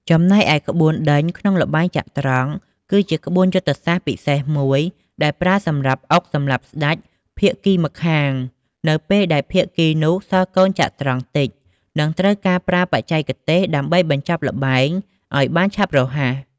ចំណែកឯ ក្បួនដេញ ក្នុងល្បែងចត្រង្គ គឺជាក្បួនយុទ្ធសាស្ត្រពិសេសមួយ ដែលប្រើសម្រាប់អុកសម្លាប់ស្ដេចភាគីម្ខាងនៅពេលដែលភាគីនោះសល់កូនចត្រង្គតិច និងត្រូវការប្រើបច្ចេកទេសដើម្បីបញ្ចប់ល្បែងឲ្យបានឆាប់រហ័ស។